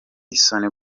isoni